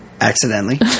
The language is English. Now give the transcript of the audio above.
Accidentally